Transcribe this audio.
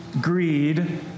greed